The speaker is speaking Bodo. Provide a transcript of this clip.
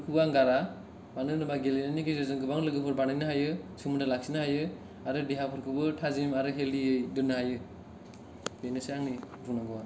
फोरखौबो आं गारा मानो होनोबा गेलेनायनि गेजेरजों गोबां लोगोफोर बानायनो हायो सोमोन्दो लाखिनो हायो आरो देहाफोरखौबो थाजिम आरो हेल्दि दोन्नो हायो बेनोसै आंनि बुंनांगौवा